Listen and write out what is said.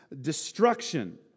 destruction